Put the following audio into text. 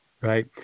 Right